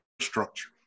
structure